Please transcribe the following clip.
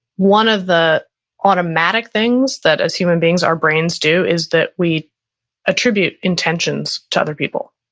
one of the automatic things that as human beings, our brains do, is that we attribute intentions to other people.